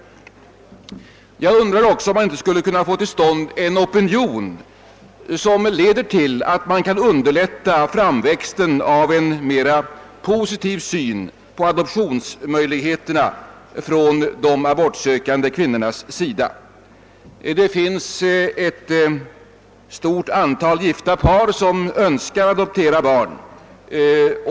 Men jag undrar om vi inte också skulle kunna få till stånd en opinionsbildning som kan underlätta framväxten av en mera positiv syn hos de abortsökande kvinnörna på adoptionsmöjligheterna. Det finns för närvarande ett stort antal gif ta par som önskar adoptera barn.